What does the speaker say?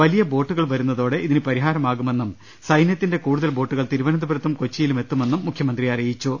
വലിയ ബോട്ടുകൾ വരു ന്നതോടെ ഇതിന് പരിഹാരമാകുമെന്നും സൈനൃത്തിന്റെ കൂടുതൽ ബോട്ടു കൾ തിരുവനന്തപുരത്തും കൊച്ചിയിലുമെത്തുമെന്നും മുഖ്യമന്ത്രി അറിയി ച്ചു